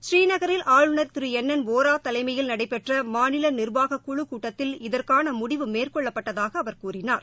ஸ்ரீநகரில் ஆளுநர் Thiru N N Vohra தலைமையில் நடைபெற்ற மாநில நிர்வாக குழுக் கூட்டத்தில் இதற்கான முடிவு மேற்கொள்ளப்பட்டதாக அவர் கூறினார்